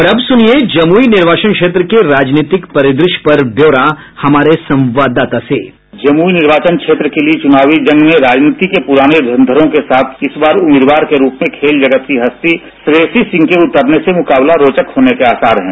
और अब सुनिए जमुई निर्वाचन क्षेत्र के राजनीतिक परिदृश्य पर ब्यौरा हमारे संवाददाता से साउंड बाईट जमुई निर्वाचन क्षेत्र के लिए चुनावी जंग में राजनीति के पुराने धुरंधरों के साथ इस बार उम्मीदवार के रुप में खेल जगत की हस्ती श्रेयसी सिंह के उतरने से मुकाबला रोचक होने के आसार है